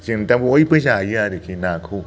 जों दा बयबो जायो आरोखि नाखौ